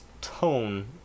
tone